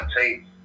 team